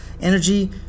Energy